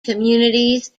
communities